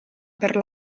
per